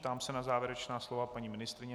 Ptám se na závěrečná slova paní ministryně.